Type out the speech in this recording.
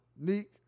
Neek